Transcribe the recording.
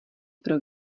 pro